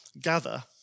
gather